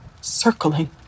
circling